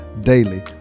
Daily